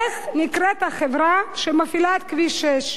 איך נקראת החברה שמפעילה את כביש 6?